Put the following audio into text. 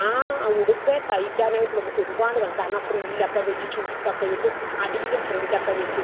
ആ ഉടുപ്പിൽ തയ്ക്കാനായിട്ട് നമുക്കൊരുപാട് കാണും കാരണം ഫ്രില്ലൊക്കെ വെച്ച് ചുരുക്കൊക്കെ ഇട്ട് അടിയിലും ഫ്രില്ലൊക്കെ വെച്ച്